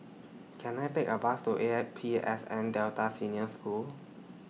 Can I Take A Bus to A I P S N Delta Senior School